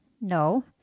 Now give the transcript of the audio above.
no